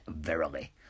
verily